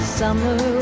summer